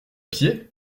pied